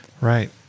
Right